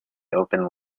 open